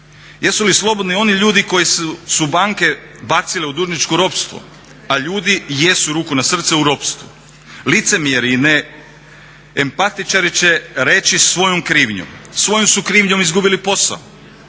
Jesu li slobodni oni ljudi koje su banke bacile u dužničko ropstvo, a ljudi jesu, ruku na srce, u ropstvu. Licemjeri i neempatičari će reći svojom krivnjom. Svojom su krivnjom izgubili posao,